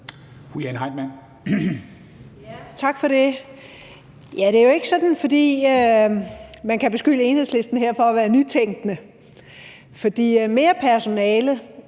Jane Heitmann (V): Tak for det. Det er jo ikke sådan, at man kan beskylde Enhedslisten for at være nytænkende her. Mere personale